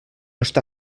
està